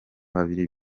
babiri